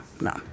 no